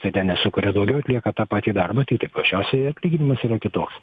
tai ten nesukuria daugiau atlieka tą patį darbą tiktai paprasčiausiai jo atlyginimas yra kitoks